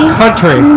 country